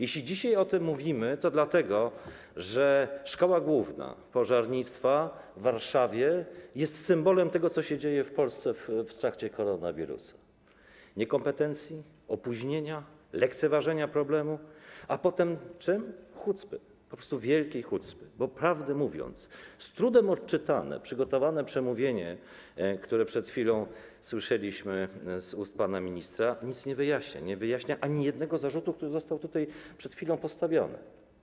Jeśli dzisiaj o tym mówimy, to dlatego, że szkoła główna pożarnictwa w Warszawie jest symbolem tego, co dzieje się w Polsce w trakcie koronawirusa: niekompetencji, opóźnienia, lekceważenia problemu, a potem - czego? - hucpy, po prostu wielkiej hucpy, bo prawdę mówiąc, z trudem odczytane przygotowane przemówienie, które przed chwilą usłyszeliśmy z ust pana ministra, nic nie wyjaśnia, nie wyjaśnia ani jednego zarzutu, który został tutaj przed chwilą postawiony.